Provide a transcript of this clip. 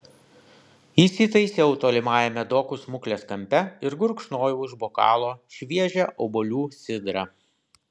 įsitaisiau tolimajame dokų smuklės kampe ir gurkšnojau iš bokalo šviežią obuolių sidrą